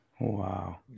Wow